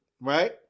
right